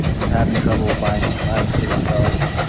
she's havin' trouble buying supplies for herself.